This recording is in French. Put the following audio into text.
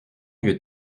vieux